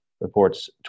reports